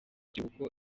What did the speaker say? kiruhuko